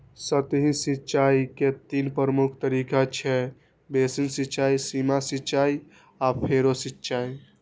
सतही सिंचाइ के तीन प्रमुख तरीका छै, बेसिन सिंचाइ, सीमा सिंचाइ आ फरो सिंचाइ